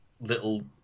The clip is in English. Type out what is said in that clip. little